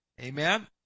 Amen